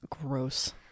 gross